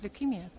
Leukemia